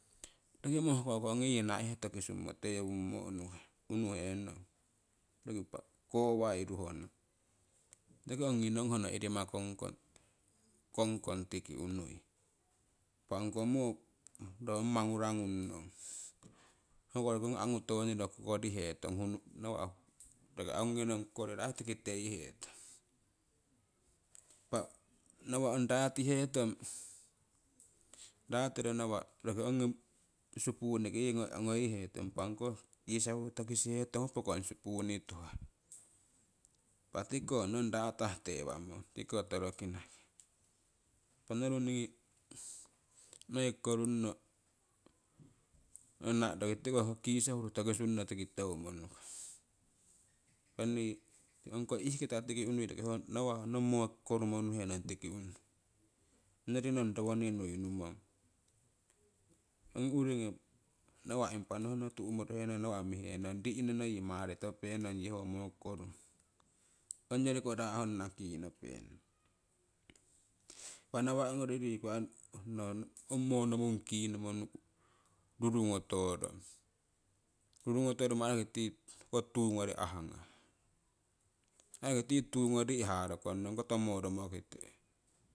Roki mohkoko ongi yii naihe toki summo tee wummmo unuhenong, roki kowai ruhuno roki ong ngii nong hoono iirimakongkong tiki unnui. Impah ongko moo ho mangu ra'ngung nong hoko roki angu tooniro kokori hetong, nawah roki angu ngi nong kokoriro tiki teihetong. Impah nawa' ong raa' tihetong, raa' tiro nawa' roki ongi suu'puunikii yii ngoi hetong. Impa ong koh kiiso huru toki sihetong ai pookong sipuuni tuhah. Impa tikiko ho nong raa'taah tee wamong tikiko torokinaki, impa noru ningii noi kokorunno roki kiiso huru tokisunno tiki teumo nukong. Impa nii ongko ihh' kita tiki unnuii nawa' ho nong moo kokorumo unnu henong tiki unnuii ongyori ngong rowoni niu numong. Ongi uriingi nawa' impa nonohno tu'morohenong nawa' mihenong ri'nono yii marito penong, ho ngong moo kokorumo, ongyori ko raa'honna kiinopenong. Impa awa' ngori riku ong moo nomung kinomo nuku rurugnoto rong, rurungotoromo ai roki tii ong tuu ngori aah' gah ai roki tii tuu ngori rii' haroko ngong koto moo romokite